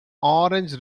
orange